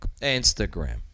Instagram